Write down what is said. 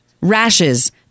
rashes